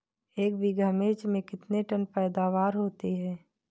एक बीघा मिर्च में कितने टन पैदावार होती है?